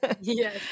Yes